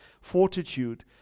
fortitude